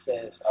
says